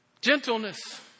gentleness